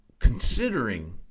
considering